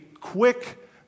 quick